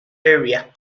area